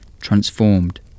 transformed